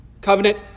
covenant